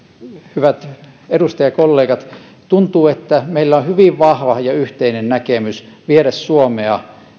hyvät edustajakollegat tuntuu että meillä on hyvin vahva ja yhteinen näkemys viedä suomea